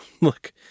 Look